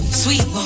sweet